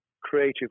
creative